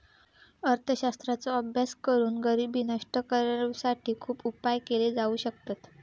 अर्थशास्त्राचो अभ्यास करून गरिबी नष्ट करुसाठी खुप उपाय केले जाउ शकतत